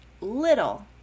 little